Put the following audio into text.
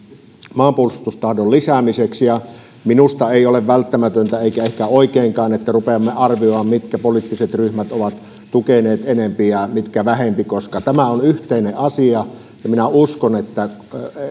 maanpuolustustahdon lisäämiseksi minusta ei ole välttämätöntä eikä ehkä oikeinkaan että rupeamme arvioimaan mitkä poliittiset ryhmät ovat tukeneet enempi ja mitkä vähempi koska tämä on yhteinen asia minä uskon että